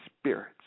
spirits